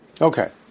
Okay